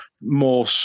more